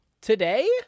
Today